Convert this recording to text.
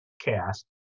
cast